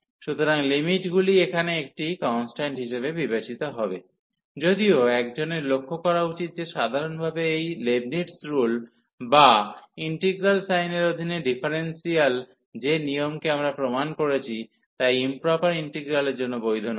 সুতরাং লিমিটগুলি এখানে একটি কন্সট্যান্ট হিসাবে বিবেচিত হবে যদিও একজনের লক্ষ্য করা উচিত যে সাধারণভাবে এই লেবনিটজ রুল বা ইন্টিগ্রাল সাইনের অধীনে ডিফারেন্সিয়াল যে নিয়মকে আমরা প্রমাণ করেছি তা ইম্প্রপার ইন্টিগ্রালের জন্য বৈধ নয়